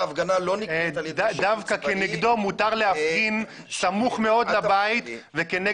דווקא כנגדו מותר להפגין סמוך מאוד לבית וכנגד